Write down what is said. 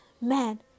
man